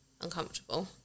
uncomfortable